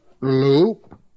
Loop